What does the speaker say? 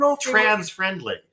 trans-friendly